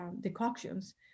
decoctions